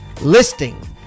listing